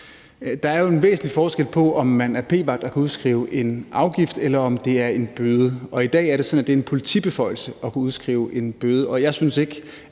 Der er jo en væsentlig forskel på, om man er p-vagt og kan udskrive en afgift, eller om det er en bøde. I dag er det sådan, at det er en politibeføjelse at kunne udskrive en bøde.